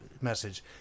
message